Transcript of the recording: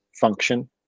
function